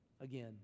again